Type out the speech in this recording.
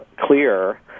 clear